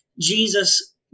Jesus